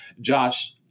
Josh